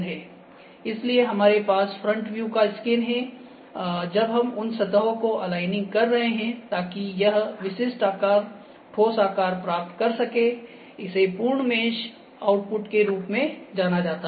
इसलिए हमारे पास फ्रंट व्यू का स्कैन है जब हम उन सतहों को अलाइनिंग कर रहे हैं ताकि यह विशिष्ट आकार ठोस आकार प्राप्त कर सके इसे पूर्ण मेश आउटपुट के रूप में जाना जाता है